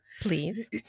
Please